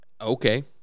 Okay